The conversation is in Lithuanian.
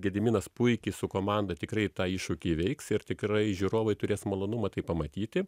gediminas puikiai su komanda tikrai tą iššūkį įveiks ir tikrai žiūrovai turės malonumą tai pamatyti